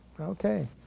Okay